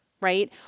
right